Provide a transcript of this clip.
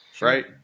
Right